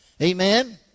Amen